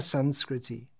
Sanskriti